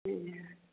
ए